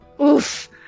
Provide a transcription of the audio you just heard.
Oof